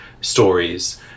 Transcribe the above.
stories